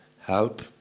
help